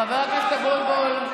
חבר הכנסת אבוטבול.